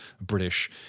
British